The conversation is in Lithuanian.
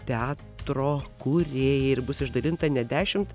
teatro kūrėjai ir bus išdalinta net dešimt